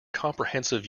comprehensive